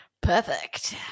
Perfect